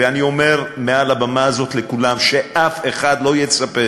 ואני אומר מעל הבמה הזאת לכולם: שאף אחד לא יצפה